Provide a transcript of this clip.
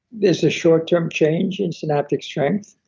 there's a short-term changes in synaptic strength.